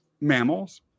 mammals